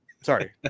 sorry